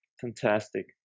fantastic